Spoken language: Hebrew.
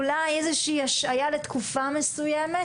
אולי איזושהי השעיה לתקופה מסוימת,